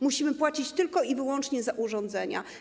Musimy płacić tylko i wyłącznie za urządzenia.